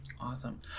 Awesome